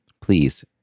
please